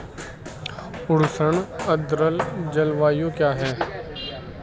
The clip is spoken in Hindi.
उष्ण आर्द्र जलवायु क्या है?